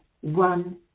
one